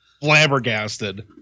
flabbergasted